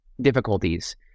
difficulties